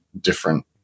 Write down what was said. different